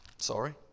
Sorry